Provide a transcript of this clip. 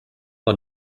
war